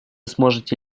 сможете